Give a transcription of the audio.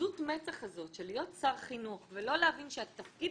עזות המצח הזאת של להיות שר חינוך ולא להבין שהתפקיד